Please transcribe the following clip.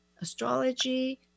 astrology